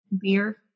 beer